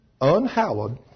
unhallowed